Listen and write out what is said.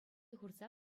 хурса